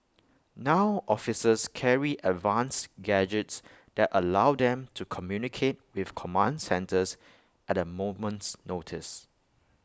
now officers carry advanced gadgets that allow them to communicate with command centres at A moment's notice